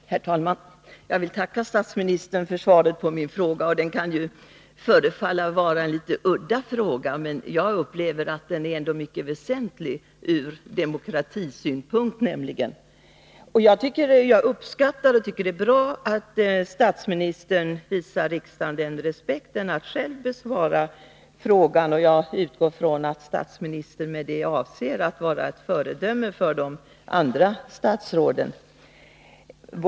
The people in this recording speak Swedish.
Herr talman! Jag vill tacka statsministern för svaret på min fråga. Den kan förefalla litet udda, men jag menar att den är väsentlig, nämligen från demokratisynpunkt. Jag uppskattar och tycker det är bra att statsministern visar riksdagen den respekten att själv besvara frågan. Jag utgår från att statsministern med det avser att vara ett föredöme för de andra statsråden.